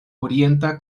orienta